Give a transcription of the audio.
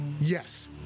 yes